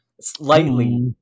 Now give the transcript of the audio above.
slightly